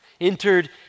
entered